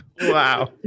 Wow